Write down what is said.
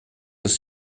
uns